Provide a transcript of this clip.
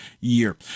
year